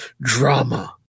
drama